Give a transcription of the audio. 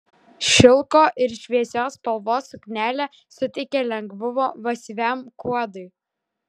šilko ir šviesios spalvos suknelė suteikia lengvumo masyviam kuodui